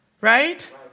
right